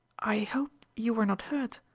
i hope you were not hurt?